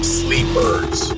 sleepers